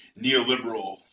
neoliberal